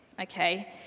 okay